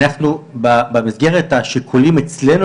במסגרת השיקולים אצלנו,